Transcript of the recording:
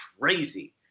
crazy